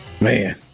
Man